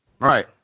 Right